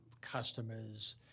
customers